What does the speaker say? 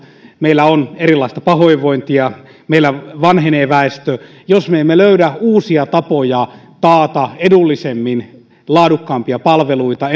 meillä on erilaista pahoinvointia meillä vanhenee väestö niin jos me emme löydä uusia tapoja taata edullisemmin laadukkaampia palveluita